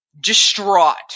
distraught